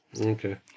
Okay